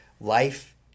Life